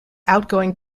outgoing